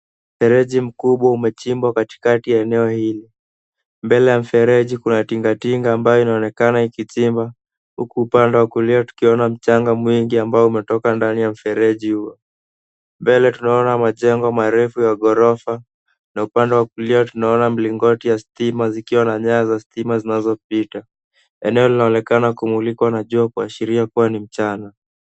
Mfereji mkubwa umechimbwa katika eneo hili. Mbele ya mfereji kuna tinga tinga ambayo inaonekana ikichimba huku upande wa kulia tukiona mchanga mwingi ambayo imetoka ndani ya mfereji huo. Mbele tunaona majengo marefu ya ghorofa na upande wa kulia tunaona mlingoti wa stima zikiwa na nyaya ya stima zinazopita. Eneo linaonekana kumulikwa na jua kuashiria ni mchana.